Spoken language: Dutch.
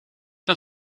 ten